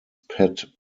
pet